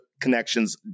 connections